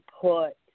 put